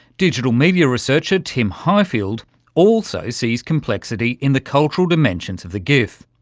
digital media researcher tim highfield also sees complexity in the cultural dimensions of the gif.